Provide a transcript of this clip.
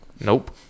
Nope